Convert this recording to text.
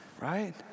Right